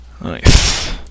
Nice